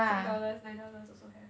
six dollars nine dollars also have